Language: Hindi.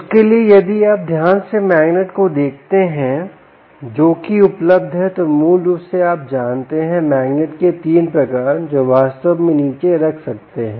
उसके लिए यदि आप ध्यान से मैग्नेट को देखते हैं जो कि उपलब्ध हैं तो मूल रूप से आप जानते हैं मैग्नेट के 3 प्रकार जो वास्तव में नीचे रख सकते हैं